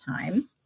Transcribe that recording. time